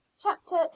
Chapter